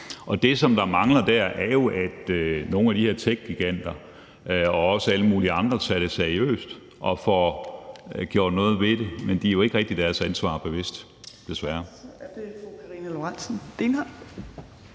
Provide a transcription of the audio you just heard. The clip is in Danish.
Det, som der mangler der, er jo, at nogle af de her techgiganter og også alle mulige andre tager det seriøst og får gjort noget ved det. Men de er sig jo ikke rigtig deres ansvar bevidst, desværre.